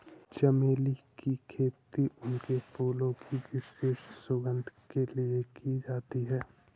चमेली की खेती उनके फूलों की विशिष्ट सुगंध के लिए की जाती है